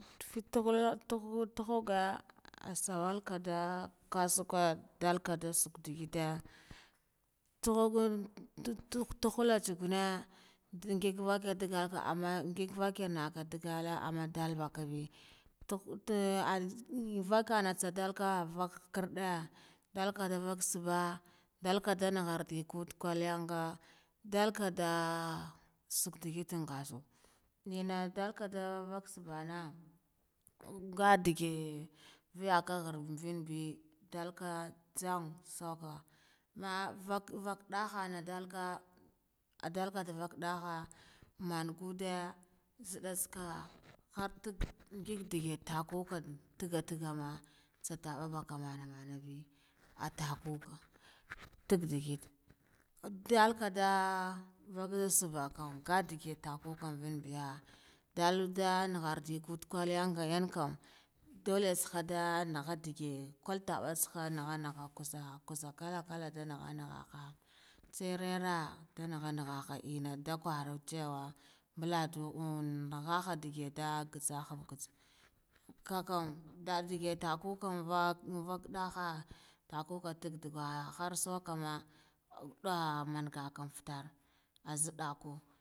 Fil tugh tughuge ah sawalka da kasuke ndolka dah sugh ta gede ntsuhu gin tugh tuwala ntsa gine ngig nvaka dagalka amman nvaka annaha amma dalbakabe, tugh te ah pe vakana tsadaka nvah nha kor de dalka de suba ndalka da ngharde kude kwaliyan ga, ndalka dah ah sag duguntin ngathu. Enna dulka duh nvana ngadigin veyakon kharkenbe ndalka ntsama suhe ammah vakh vakh dahama ndalka adalka davakh daha mangunde nzida tsaka hardug dig dig tahude ndagama nvaka dah mana manabe, attakude tigdigi ndalka dah vakh subakam nga digitahuda vanbeya dalada ngharde kudd kwalinyanga kam dole tsahada nahagh digin kwul tabatsaha nagha nagha kaza kaza kalla kalla ndah nahagh nahagh, ntsere rah nda nahagh nahagh. Enna ndah kwaran ciwa nbadu amm nahag ndege ndege doh nga tsaha nga rsu kakkam dah dege takukam vah unvakaduha takukah dagdaga horsuhamra nwada mongu aftor a